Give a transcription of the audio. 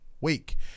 week